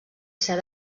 ser